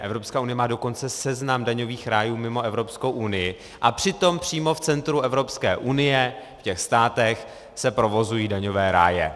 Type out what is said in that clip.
Evropská unie má dokonce seznam daňových rájů mimo Evropskou unii, a přitom přímo v centru Evropské unie, v těch státech, se provozují daňové ráje.